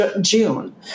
June